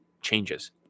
changes